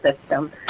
system